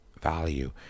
value